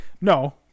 No